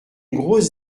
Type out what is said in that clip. grosse